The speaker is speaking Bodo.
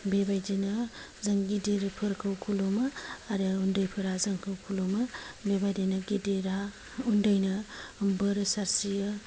बेबायदिनो जों गिदिरफोरखौ खुलुमो आरो उन्दैफ्रा जोंखौ खुलुमो बेबायदिनो गिदिरा उन्दैनो बोर जासियो